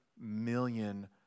million